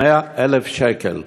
100,000 שקל.